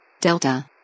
Delta